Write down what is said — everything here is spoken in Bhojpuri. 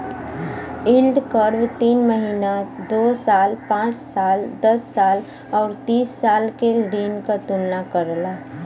यील्ड कर्व तीन महीना, दो साल, पांच साल, दस साल आउर तीस साल के ऋण क तुलना करला